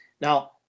Now